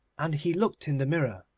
and he looked in the mirror,